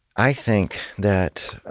i think that